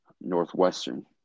Northwestern